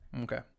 okay